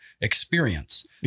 experience